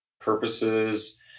purposes